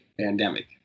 pandemic